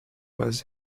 was